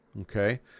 Okay